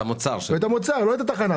סוגרים רק את המוצר, לא את התחנה.